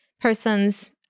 person's